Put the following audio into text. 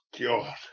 God